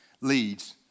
leads